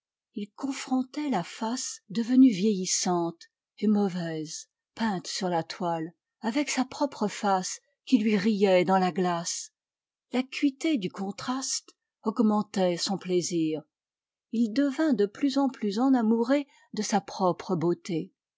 il confrontait la face devenue vieillissante et mauvaise peinte sur la toile avec sa propre face qui lui riait dans la glace l'acuité du contraste augmentait son plaisir il devint de plus en plus enamouré de sa propre beauté